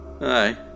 Aye